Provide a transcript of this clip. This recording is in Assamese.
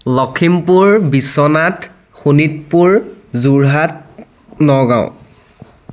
লখিমপুৰ বিশ্বনাথ শোণিতপুৰ যোৰহাট নগাঁও